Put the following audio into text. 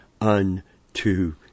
unto